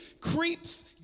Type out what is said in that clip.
Creeps